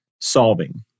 solving